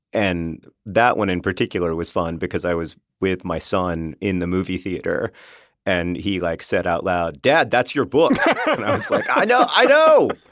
and that one in particular was fun because i was with my son in the movie theater and he like said out loud, dad, that's your book. i was like, i know! i know!